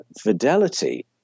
fidelity